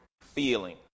feeling